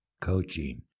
coaching